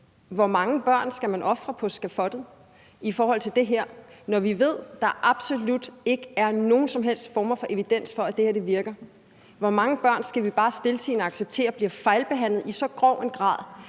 Hvor mange børn skal man ofre på skafottet i forhold til det her, når vi ved, at der absolut ikke er nogen som helst former for evidens for, at det her virker? Hvor mange børn skal vi bare stiltiende acceptere bliver fejlbehandlet i så grov en grad,